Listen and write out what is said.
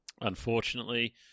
unfortunately